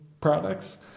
products